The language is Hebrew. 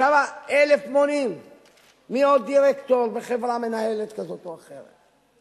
שווה אלף מונים מעוד דירקטור בחברה מנהלת כזאת או אחרת.